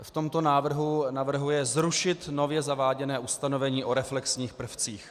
V tomto návrhu navrhuje zrušit nově zaváděné ustanovení o reflexních prvcích.